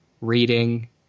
reading